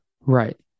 Right